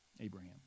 Abraham